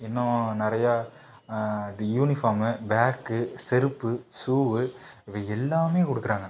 இன்னும் நிறைய இது யூனிஃபார்மு பேக்கு செருப்பு ஸூவு இவை எல்லாமே கொடுக்குறாங்க